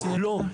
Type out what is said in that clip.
לא.